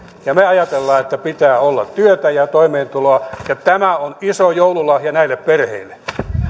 me ajattelemme että pitää olla työtä ja toimeentuloa ja tämä on iso joululahja näille perheille haluaako